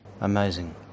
Amazing